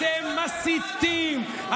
אתם מסיתים.